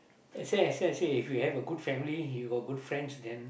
I say that's why I say if we have a good family you got good friends then